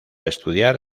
estudiar